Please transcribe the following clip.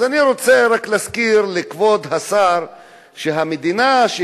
אני רוצה רק להזכיר לכבוד השר שהמדינה שהוא